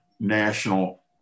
national